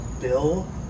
bill